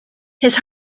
his